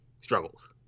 struggles